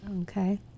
Okay